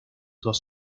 dos